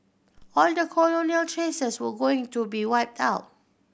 all the colonial traces were going to be wiped out